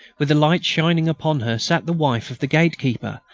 with the light shining upon her, sat the wife of the gatekeeper,